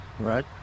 Right